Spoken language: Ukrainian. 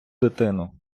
дитину